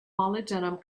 molybdenum